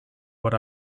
what